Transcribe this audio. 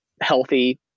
healthy